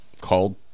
called